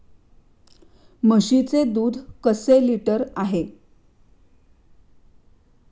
म्हशीचे दूध कसे लिटर आहे?